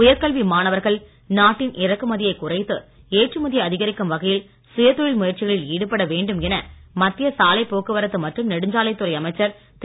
உயர்கல்வி மாணவர்கள் நாட்டின் இறக்குமதியைக் குறைத்து ஏற்றுமதியை அதிகரிக்கும் வகையில் சுய தொழில் முயற்சிகளில் ஈடுபட வேண்டும் என மத்திய சாலை போக்குவரத்து மற்றும் நெடுஞ்சாலைத் துறை அமைச்சர் திரு